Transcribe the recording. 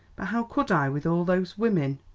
but how could i, with all those women?